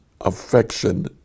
affection